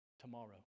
tomorrow